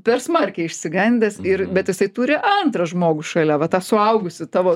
per smarkiai išsigandęs ir bet jisai turi antrą žmogų šalia va tą suaugusį tavo